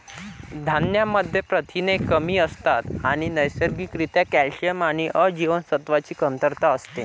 धान्यांमध्ये प्रथिने कमी असतात आणि नैसर्गिक रित्या कॅल्शियम आणि अ जीवनसत्वाची कमतरता असते